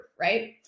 right